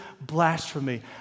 blasphemy